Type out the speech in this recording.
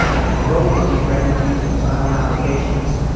the growth of these refugees and asylum applications.